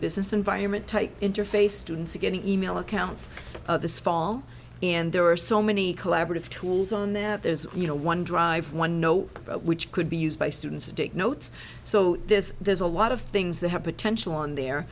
business environment take interface students are getting e mail accounts of this fall and there are so many collaborative tools on there there's you know one dr one note which could be used by students to take notes so this there's a lot of things that have potential on there